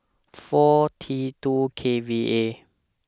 four T two K V A